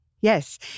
Yes